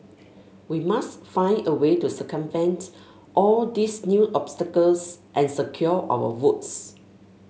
we must find a way to circumvent all these new obstacles and secure our votes